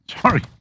Sorry